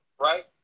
right